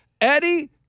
Eddie